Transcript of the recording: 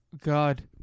God